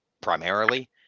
primarily